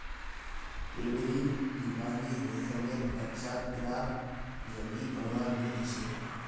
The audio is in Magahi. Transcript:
पेबरीन बीमारी रेशमेर बच्चा कीड़ाक जल्दी बढ़वा नी दिछेक